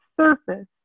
surface